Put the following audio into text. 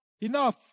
enough